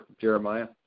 Jeremiah